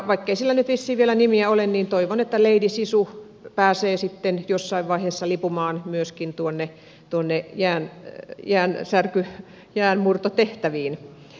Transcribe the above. vaikkei sillä nyt vissiin vielä nimiä ole niin toivon että lady sisu pääsee sitten jossain vaiheessa lipumaan myöskin jäänmurtotehtäviin